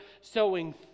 sowing